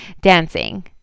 dancing